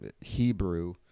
Hebrew